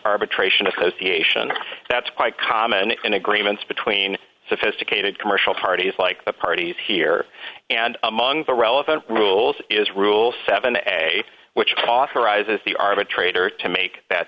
arbitration association that's quite common in agreements between sophisticated commercial parties like the parties here and among the relevant rules is rules seven a which cost arises the arbitrator to make that